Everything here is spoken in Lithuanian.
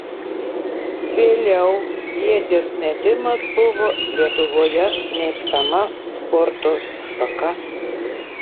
vėliau ieties metimas buvo lietuvoje mėgstama sporto šaka